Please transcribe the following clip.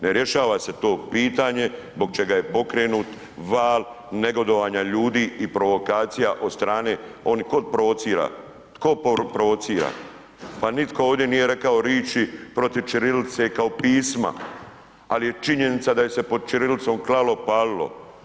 Ne rješava se to pitanje zbog čega je pokrenut val negodovanja ljudi i provokacija od strane, tko provocira, tko provocira, pa nitko ovdje nije rekao riči protiv ćirilice kao pisma, ali je činjenica da je se pod ćirilicom klalo, palilo.